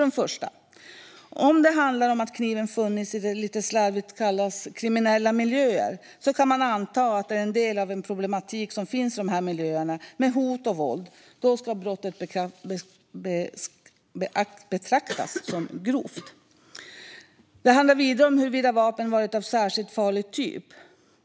Den första är att om kniven finns i det som lite slarvigt kallas kriminella miljöer kan man anta att det är en del av den problematik som finns med hot och våld i dessa miljöer, och då ska brottet betraktas som grovt. Den andra handlar om huruvida vapnet är av särskild farlig typ.